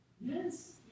Yes